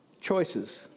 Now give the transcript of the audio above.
Choices